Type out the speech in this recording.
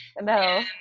No